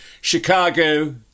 Chicago